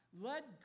Let